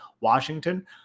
Washington